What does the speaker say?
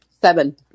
Seven